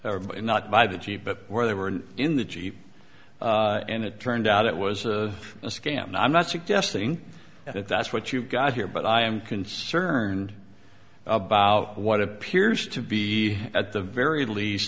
not by the cheap but where they were in the jeep and it turned out it was a scam and i'm not suggesting that that's what you've got here but i am concerned about what appears to be at the very least